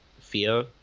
fear